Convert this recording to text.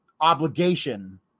obligation